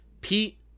Pete